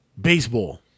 baseball